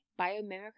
biomimicry